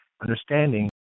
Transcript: understanding